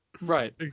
Right